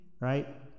right